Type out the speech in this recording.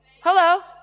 Hello